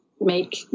make